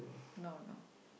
no no